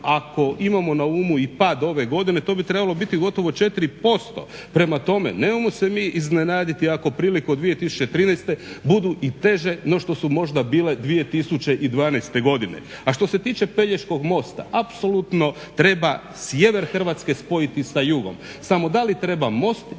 ako imamo na umu i pad ove godine to bi trebalo biti gotovo 4%. Prema tome nemojmo se mi iznenaditi ako prilike u 2013.budu i teže no što su možda bile 2012.godine. A što se tiče Pelješkog mosta, apsolutno treba sjever Hrvatske spojiti sa jugom. Samo da li treba most